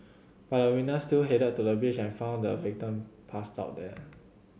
but the witness still headed to the beach and found the victim passed out there